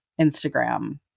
Instagram